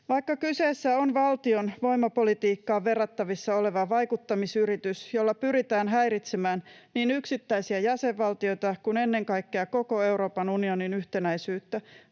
Vaikka kyseessä on valtion voimapolitiikkaan verrattavissa oleva vaikuttamisyritys, jolla pyritään häiritsemään niin yksittäisiä jäsenvaltioita kuin ennen kaikkea koko Euroopan unionin yhtenäisyyttä,